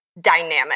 dynamic